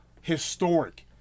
historic